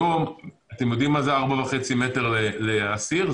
אתם יודעים מה זה 4.5 מטר לאסיר?